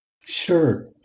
Sure